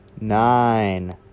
nine